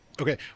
Okay